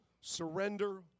surrender